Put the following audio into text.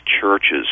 churches